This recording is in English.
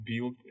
build